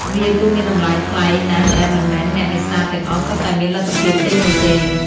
វាគឺមានតម្លៃថ្លៃណាស់ដែលមិនមែនអ្នកនេសាទទាំងអស់សុទ្ធតែមានលទ្ធភាពទិញនោះទេ។